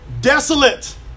desolate